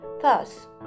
Thus